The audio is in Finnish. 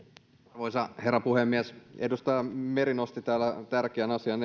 arvoisa herra puhemies edustaja meri nosti täällä tärkeän asian